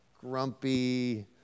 grumpy